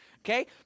Okay